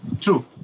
true